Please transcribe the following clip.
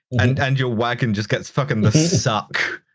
and and your wagon just gets fuckin' the succ.